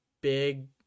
big